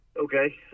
Okay